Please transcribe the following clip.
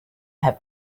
have